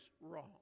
wrong